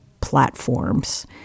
platforms